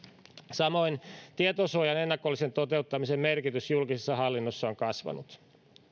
samoin tietosuojan ennakollisen toteuttamisen merkitys julkisessa hallinnossa on kasvanut